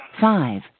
five